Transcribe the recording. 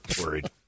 worried